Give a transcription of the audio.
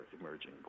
emerging